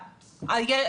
הקורונה.